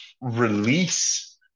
release